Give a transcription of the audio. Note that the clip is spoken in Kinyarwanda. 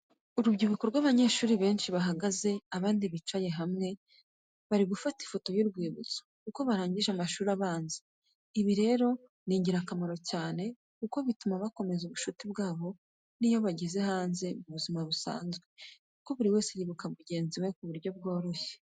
Urubyiruko rw'abanyeshuri benshi bahagaze abandi bicaye hamwe, bari gufata ifoto y'urwibutso kuko barangije amashuri abanza. Ibi rero ni ingirakamaro cyane kuko bituma bakomeza ubucuti bwabo n'iyo bageze hanze mu buzima busanzwe kuko buri wese yibuka mugenzi ku buryo bworoshye.